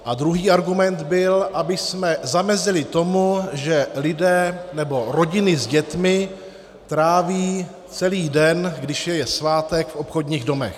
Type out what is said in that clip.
A druhý argument byl, abychom zamezili tomu, že lidé nebo rodiny s dětmi tráví celý den, když je svátek, v obchodních domech.